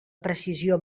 precisió